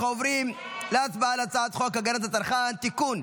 אנחנו עוברים להצבעה על הצעת חוק הגנת הצרכן (תיקון,